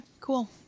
cool